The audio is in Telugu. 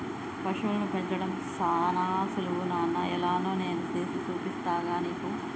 పశువులను పెంచడం సానా సులువు నాన్న ఎలానో నేను సేసి చూపిస్తాగా నీకు